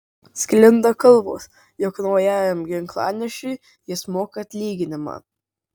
sklinda kalbos jog naujajam ginklanešiui jis moka atlyginimą